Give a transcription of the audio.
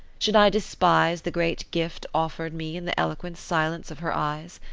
should i despise the great gift offered me in the eloquent silence of her eyes?